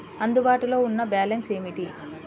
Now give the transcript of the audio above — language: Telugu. అందుబాటులో ఉన్న బ్యాలన్స్ ఏమిటీ?